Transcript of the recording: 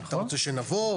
אתה רוצה שנבוא,